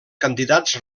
candidats